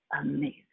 amazing